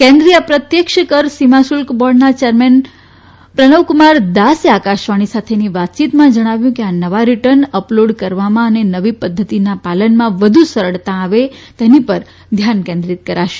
કેન્દ્રિય અપ્રત્યક્ષ કર સીમાશુલ્ક બોર્ડના ચેરમેન પ્રનલ કુમાર દાસે આકાશવાણી સાથેની વાતચીતમાં જણાવ્યું કે આ નવા રીટર્ન અપલોડ કરવામાં અને નવી પધ્ધતિના પાલનમાં વધુ સરળતા આવે તેની પર ધ્યાન કેન્દ્રિત કરાશે